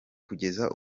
kugeza